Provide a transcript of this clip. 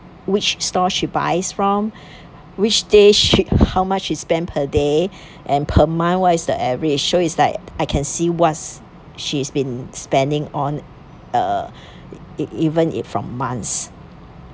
which stall she buys from which day she how much she spend per day and per month what is the average so it's like I can see what's she is been spending on uh e~ even if from months